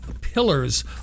pillars